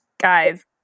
guys